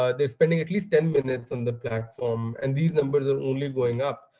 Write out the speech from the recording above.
ah they're spending at least ten minutes on the platform. and these numbers are only going up.